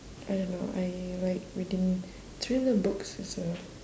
I don't know I like reading thriller books as well